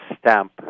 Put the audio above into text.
stamp